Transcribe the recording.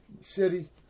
City